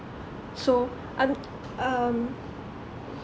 so I'm um